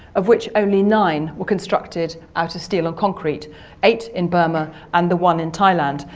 of which only nine were constructed out of steel or concrete eight in burma and the one in thailand.